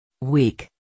Weak